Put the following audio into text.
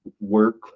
work